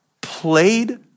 played